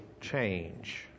change